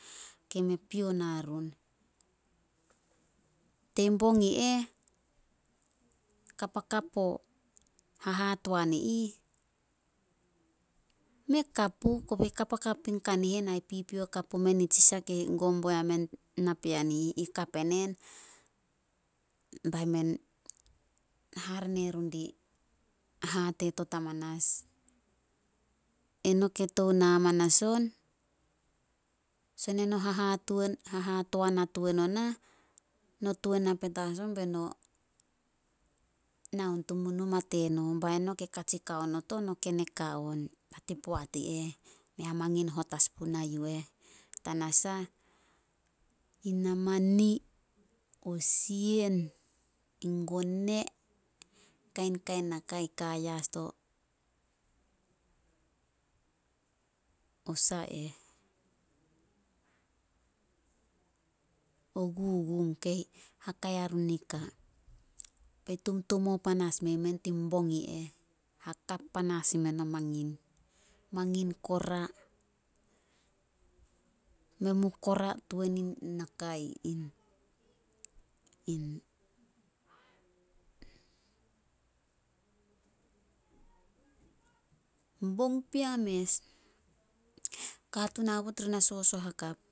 Ke me pio na run. tein bong i eh, kapakap puo hahaton i ih, mei kap puh kobe kapakap puin kanihen ai pipio hakap pumen nitsi sah kei gom bo yamen napean i ih. I kap enen, bai men, hare ne run di hatetot hamanas. Eno ke tou na hamanas on, son eno hahatoan a tuan onah, no tuan na petas on be no na on tumun numa teno. Bai no ke katsi kao not on, no ken e ka on. Ba ti poat i eh, mei mangin na hot as puna yu eh. Tanasah, in namani, o sien, in gone, kainkain naka ka ai yas to gugum kei haka yarun nika. Be tumtumou panas mei men tin bong i eh. Hakap panas i men o mangin- mangin kora. Men mu kora tuan in naka ih in- in bong pea mes, katuun aobot ri na sosoh hakap.